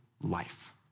life